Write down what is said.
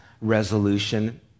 resolution